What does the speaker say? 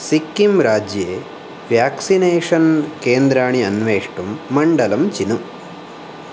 सिक्किं राज्ये व्याक्सिनेषन् केन्द्राणि अन्वेष्टुं मण्डलं चिनु